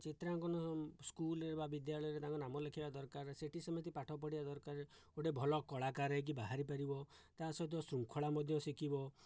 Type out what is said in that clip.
ଚିତ୍ରାଙ୍କନ ସ୍କୁଲ୍ରେ ବା ବିଦ୍ୟାଳୟରେ ତାଙ୍କ ନାମ ଲେଖାଇବା ଦରକାର ସେଠି ସେମିତି ପାଠ ପଢ଼ିବା ଦରକାର ଗୋଟିଏ ଭଲ କଳାକାର ହୋଇକି ବାହାରିପାରିବ ତା' ସହିତ ଶୃଙ୍ଖଳା ମଧ୍ୟ ଶିଖିବ